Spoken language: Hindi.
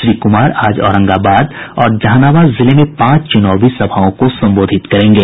श्री कुमार आज औरंगाबाद और जहानाबाद जिले में पांच चुनावी सभाओं को संबोधित करेंगे